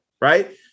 right